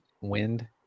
wind